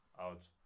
out